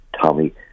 Tommy